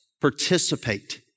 participate